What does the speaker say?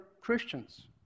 Christians